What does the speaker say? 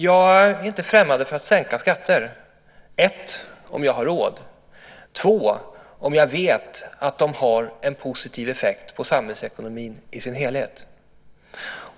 Jag är inte främmande för att sänka skatter om jag för det första har råd och om jag för det andra vet att det har en positiv effekt på samhällsekonomin i sin helhet.